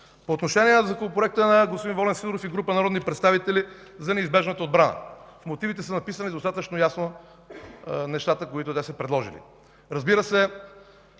По отношение на Законопроекта на господин Волен Сидеров и група народни представители за неизбежната отбрана. В мотивите са написани достатъчно ясно нещата, които са предложили. Разбира се,